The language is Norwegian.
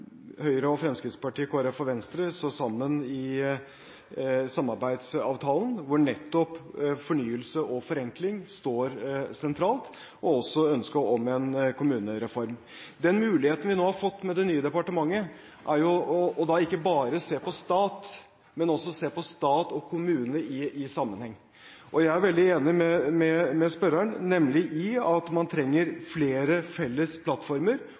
Høyre, Fremskrittspartiet, Kristelig Folkeparti og Venstre står sammen om samarbeidsavtalen, hvor nettopp fornyelse og forenkling står sentralt og også ønsket om en kommunereform. Den muligheten vi nå har fått med det nye departementet, er jo ikke bare å se på stat, men også å se på stat og kommune i sammenheng. Jeg er veldig enig med spørreren i at man trenger flere felles plattformer,